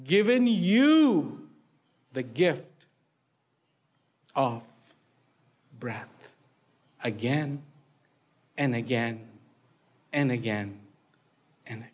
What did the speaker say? given you the gift of breath again and again and again and